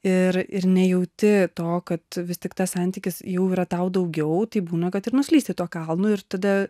ir ir nejauti to kad vis tik tas santykis jau yra tau daugiau tai būna kad ir nuslysti tuo kalnu ir tada